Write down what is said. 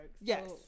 Yes